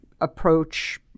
approach